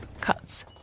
Cuts